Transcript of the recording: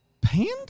Panda